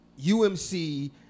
UMC